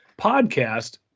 podcast